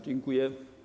Dziękuję.